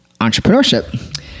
entrepreneurship